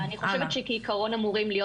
אני חושבת שכעיקרון אמורים להיות